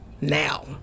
now